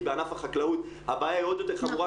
כי בענף החקלאות הבעיה היא עוד יותר חמורה,